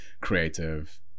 creative